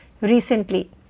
recently